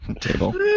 Table